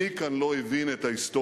מי כאן לא הבין את ההיסטוריה?